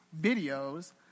videos